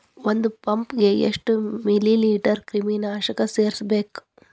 ಒಂದ್ ಪಂಪ್ ಗೆ ಎಷ್ಟ್ ಮಿಲಿ ಲೇಟರ್ ಕ್ರಿಮಿ ನಾಶಕ ಸೇರಸ್ಬೇಕ್?